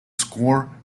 score